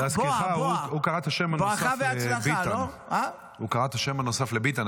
דרך אגב, להזכירך, הוא קרא את השם הנוסף לביטן.